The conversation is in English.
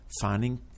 finding